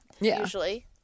usually